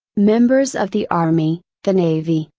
members of the army, the navy,